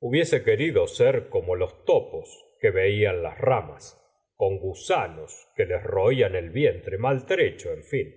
hubiese querido ser como los topos que veía en las ramas con gusanos que les roían el vientre maltrecho en fin